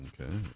okay